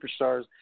superstars